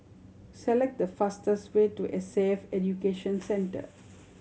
select the fastest way to S A F Education Center